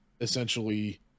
essentially